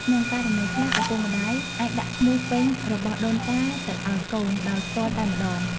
ក្នុងករណីខ្លះ ឪពុកម្តាយអាចដាក់ឈ្មោះពេញរបស់ដូនតាទៅឱ្យកូន ដោយផ្ទាល់តែម្តង។